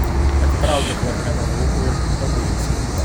atitraukė klarnetą nuo lūpų ir padėjo į spintą